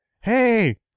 Hey